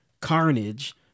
Carnage